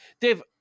Dave